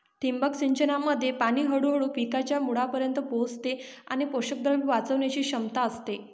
ठिबक सिंचनामध्ये पाणी हळूहळू पिकांच्या मुळांपर्यंत पोहोचते आणि पोषकद्रव्ये वाचवण्याची क्षमता असते